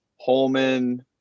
Holman